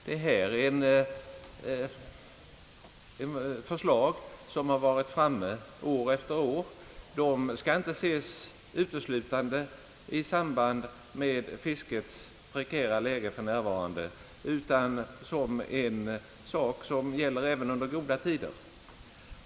Detta är förslag som har tagits upp år efter år, och de skall inte ses uteslutande i samband med fiskets prekära läge för närvarande, utan de gäller även goda tider.